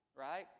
right